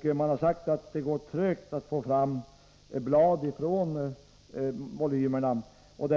Det har sagts att det går trögt att få fram blad från volymerna. Jag